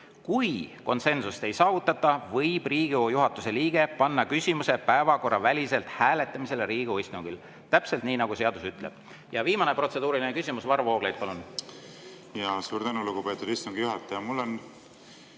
Kui konsensust ei saavutata, võib Riigikogu juhatuse liige panna küsimuse päevakorraväliselt hääletusele Riigikogu istungil." Täpselt nii seadus ütleb. Ja viimane protseduuriline küsimus. Varro Vooglaid, palun! Suur tänu, lugupeetud istungi juhataja! Mul on